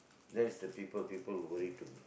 that is the people people worry too